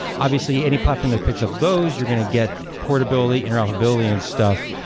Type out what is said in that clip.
obviously, any platform that picks up those, you're going to get portability, interoperability and stuff.